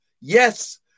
Yes